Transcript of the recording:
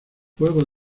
juego